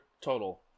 total